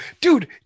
Dude